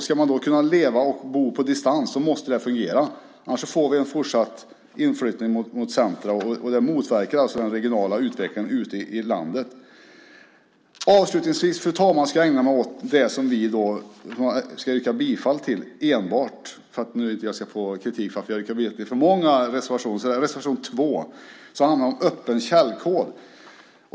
Ska man kunna leva och bo på distans så måste det här fungera, annars får vi en fortsatt inflyttning mot centrumen, och det motverkar den regionala utvecklingen ute i landet. Avslutningsvis, fru talman, ska jag ägna mig åt det som vi yrkar bifall till - enbart, så att jag inte får kritik för att ha yrkat bifall till för många reservationer. Det gäller reservation 2, som handlar om öppen källkod.